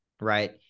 right